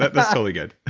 that's totally good